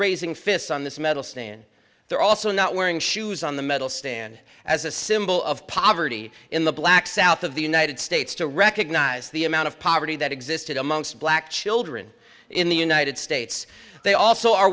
raising fists on this medal stand they're also not wearing shoes on the medal stand as a symbol of poverty in the black south of the united states to recognize the amount of poverty that existed amongst black children in the united states they also are